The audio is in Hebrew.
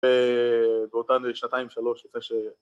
באותנו שנתיים שלוש, לפני ש...